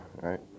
right